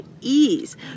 ease